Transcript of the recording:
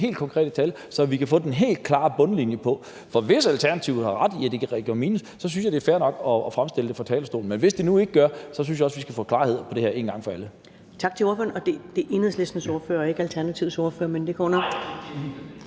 helt konkrete tal, så vi kan få den helt klare bundlinje på. For hvis Alternativet har ret i, at det gik i minus, synes jeg, det er fair nok at fremstille det fra talerstolen. Men hvis det nu ikke gør, synes jeg også, vi skal få klarhed over det her en gang for alle. Kl. 11:36 Første næstformand (Karen Ellemann): Tak til ordføreren. Det er Enhedslistens ordfører og ikke Alternativets ordfører, men det går nok.